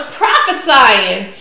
prophesying